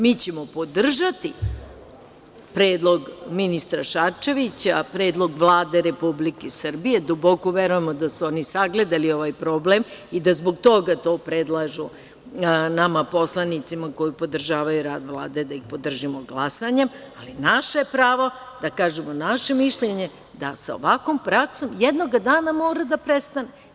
Mi ćemo podržati predlog ministra Šarčevića, predlog Vlade Republike Srbije, duboko verujemo da su oni sagledali ovaj problem i da zbog toga to predlažu nama poslanicima, koji podržavaju rad Vlade, da ih podržimo glasanjem, ali naše prava da kažemo naše mišljenje, da sa ovakvom praksom, jednoga dana mora da prestane.